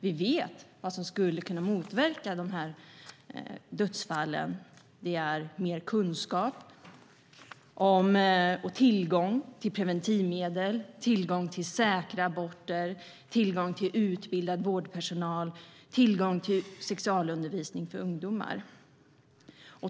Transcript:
Vi vet vad som skulle kunna motverka dessa dödsfall. Det är mer kunskap om och tillgång till preventivmedel, tillgång till säkra aborter, tillgång till utbildad vårdpersonal och tillgång till sexualundervisning för ungdomar.